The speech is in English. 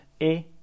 et